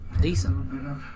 Decent